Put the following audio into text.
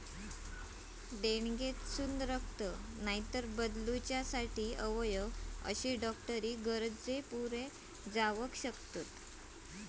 देणगेतसून रक्त, नायतर बदलूच्यासाठी अवयव अशे डॉक्टरी गरजे पुरे जावक शकतत